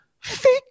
fake